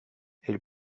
elle